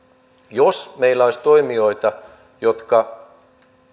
jos meillä olisi toimijoita jotka